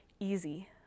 easy